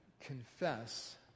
confess